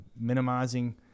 minimizing